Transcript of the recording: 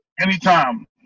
anytime